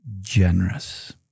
generous